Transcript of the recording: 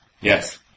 Yes